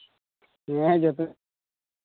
ᱦᱮᱸ ᱦᱟᱸᱜ ᱡᱚᱛᱚ